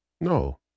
No